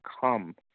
come